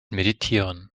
meditieren